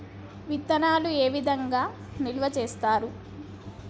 విత్తనాలు ఏ విధంగా నిల్వ చేస్తారు?